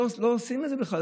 לא עושים את זה בכלל.